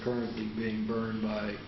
currently being burned